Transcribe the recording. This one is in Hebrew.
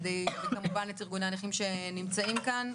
וכמובן את ארגוני הנכים שנמצאים כאן.